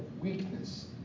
Weakness